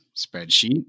spreadsheet